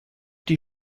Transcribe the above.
die